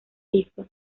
piso